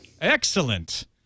Excellent